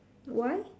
why